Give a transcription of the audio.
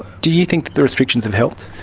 do you think the restrictions have helped?